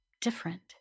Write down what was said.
different